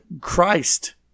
Christ